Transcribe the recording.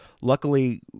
luckily